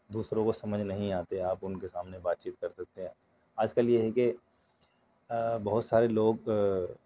دوسروں کو سمجھ نہیں آتے آپ اُن کے سامنے بات چیت کر سکتے ہیں آج کل یہ ہے کہ بہت سارے لوگ آ